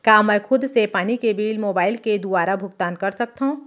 का मैं खुद से पानी के बिल मोबाईल के दुवारा भुगतान कर सकथव?